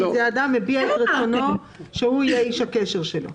כי אדם הביע את רצונו שהוא יהיה איש הקשר שלו.